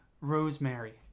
Rosemary